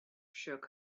shook